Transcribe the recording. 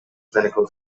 clinical